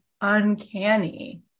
uncanny